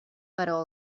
però